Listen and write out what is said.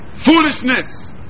Foolishness